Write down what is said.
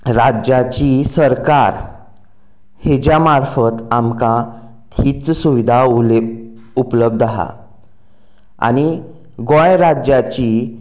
राज्याचे सरकार हिच्या मार्फत आमकां तींच सुविदा उरलां उपलब्द आसा आनी गोंय राज्याची